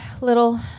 little